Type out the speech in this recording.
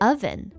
Oven